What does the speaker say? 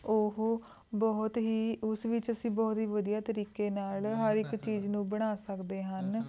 ਉਹ ਬਹੁਤ ਹੀ ਉਸ ਵਿੱਚ ਅਸੀਂ ਬਹੁਤ ਹੀ ਵਧੀਆ ਤਰੀਕੇ ਨਾਲ ਹਰ ਇੱਕ ਚੀਜ਼ ਨੂੰ ਬਣਾ ਸਕਦੇ ਹਨ